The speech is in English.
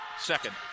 Second